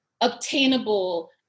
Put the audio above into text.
obtainable